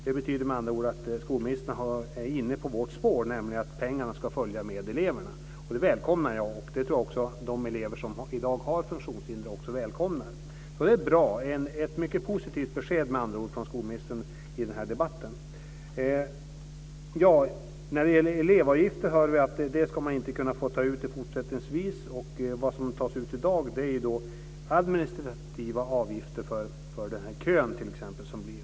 Det betyder med andra ord att skolministern är inne på vårt spår, nämligen att pengarna ska följa med eleverna. Det välkomnar jag och det tror jag att de elever som i dag har funktionshinder också välkomnar. Det är bra. Det är med andra ord ett mycket positivt besked från skolministern i den här debatten. Elevavgifter hör vi att man fortsättningsvis inte ska få ta ut. Det som tas ut i dag är administrativa avgifter för den kö som bildas.